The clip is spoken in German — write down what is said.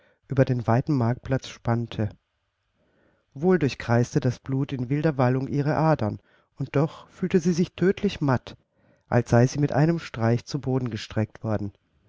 über den weiten marktplatz spannte wohl durchkreiste das blut in wilder wallung ihre adern und doch fühlte sie sich tödlich matt als sei sie mit einem streich zu boden gestreckt worden